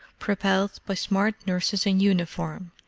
propelled by smart nurses in uniform,